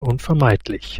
unvermeidlich